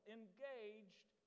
engaged